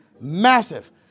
Massive